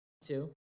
two